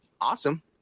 awesome